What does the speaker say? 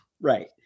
Right